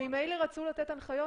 הם ממילא רצו לתת על זה הנחיות.